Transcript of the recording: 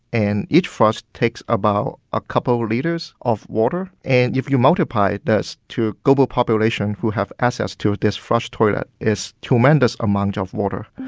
and each flush takes about a couple liters of water. and if you multiply this to global population who have access to this flush toilet, it's tremendous amount of water.